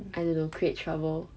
I don't know create trouble